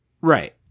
Right